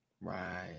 Right